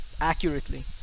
accurately